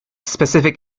specific